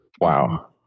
wow